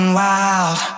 wild